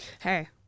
Hey